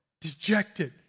dejected